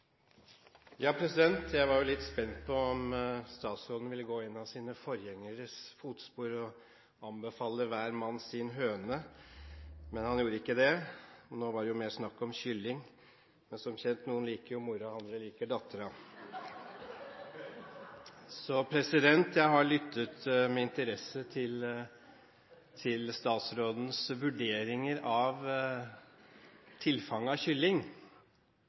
Jeg var litt spent på om statsråden ville gå i en av sine forgjengeres fotspor og anbefale hver mann sin høne. Han gjorde ikke det. Nå var det mer snakk om kylling. Som kjent er det noen som liker mora, og andre som liker dattera. Jeg har lyttet med interesse til statsrådens vurderinger når det gjelder tilfanget av